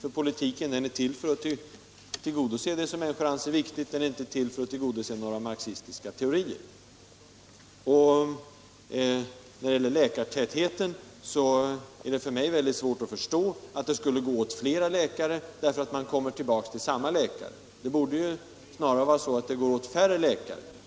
Den är ju till för att tillgodose människornas önskemål, och inte för att tillgodose några marxistiska teorier. Vad sedan gäller läkartätheten har jag svårt att förstå att det skulle gå åt flera läkare bara för att man kommer tillbaka till samma läkare. Då borde det snarare gå åt färre läkare.